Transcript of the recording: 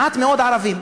יש מעט מאוד ערבים.